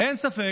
אין ספק